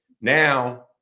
Now